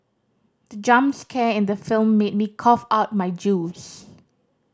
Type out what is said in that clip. the jump scare in the film made me cough out my juice